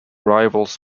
rivals